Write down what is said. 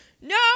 No